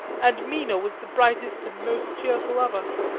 and mina was the brightest and most cheerful of us.